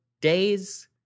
days